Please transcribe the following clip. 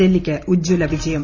ഡൽഹിക്ക് ഉജ്ജ്വല വിജയം